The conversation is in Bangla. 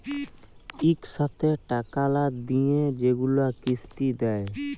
ইকসাথে টাকা লা দিঁয়ে যেগুলা কিস্তি দেয়